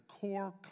core